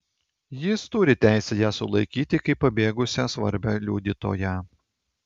jis turi teisę ją sulaikyti kaip pabėgusią svarbią liudytoją